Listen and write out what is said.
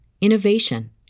innovation